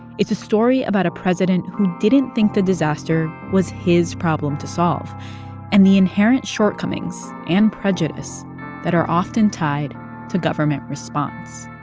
it's a story about a president who didn't think the disaster was his problem to solve and the inherent shortcomings and prejudice that are often tied to government response